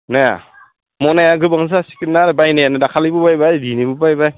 माया मनाया गोबां जासिगोन आरो बायनायानो दाखालिबो बायबाय दिनैबो बायबाय